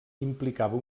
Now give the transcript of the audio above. implicava